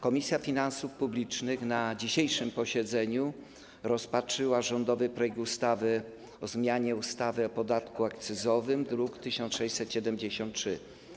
Komisja Finansów Publicznych na dzisiejszym posiedzeniu rozpatrzyła rządowy projekt ustawy o zmianie ustawy o podatku akcyzowym, druk nr 1673.